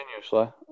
Continuously